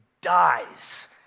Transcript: dies